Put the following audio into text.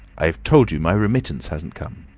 i've told you my remittance hasn't come.